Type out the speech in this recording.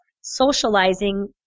socializing